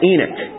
Enoch